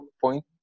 point